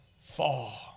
fall